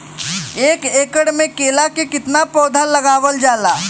एक एकड़ में केला के कितना पौधा लगावल जाला?